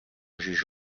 juge